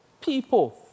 people